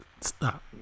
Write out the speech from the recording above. Stop